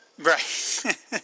Right